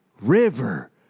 River